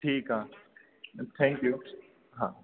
ठीकु आहे थैंक्यू हा